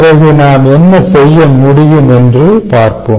பிறகு நாம் என்ன செய்ய முடியும் என்று பார்ப்போம்